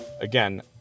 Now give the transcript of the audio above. Again